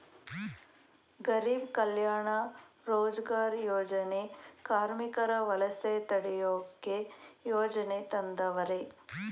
ಗಾರೀಬ್ ಕಲ್ಯಾಣ ರೋಜಗಾರ್ ಯೋಜನೆ ಕಾರ್ಮಿಕರ ವಲಸೆ ತಡಿಯೋಕೆ ಯೋಜನೆ ತಂದವರೆ